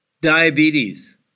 diabetes